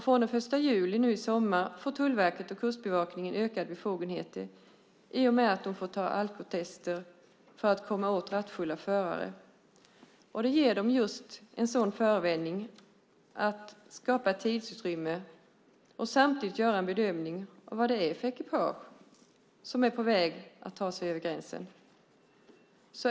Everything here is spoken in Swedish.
Från den 1 juli nu i sommar får Tullverket och Kustbevakningen ökade befogenheter i och med att de får ta alkotester för att komma åt rattfulla förare. Det ger dem en förevändning för att skapa tidsutrymme och samtidigt göra en bedömning av vad det är för ekipage som är på väg att ta sig över gränsen.